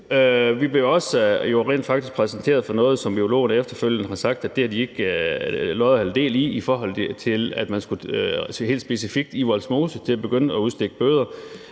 Vi blev jo rent faktisk også præsenteret for noget, som virologerne efterfølgende har sagt at de hverken havde lod eller del i, i forhold til at man helt specifikt i Vollsmose skulle begynde at udstikke bøder.